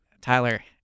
Tyler